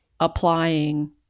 applying